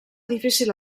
difícil